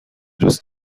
دوست